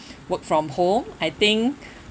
work from home I think